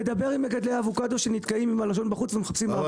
תדבר עם מגדלי האבוקדו שנתקעים עם הלשון בחוץ ומחפשים האבקה.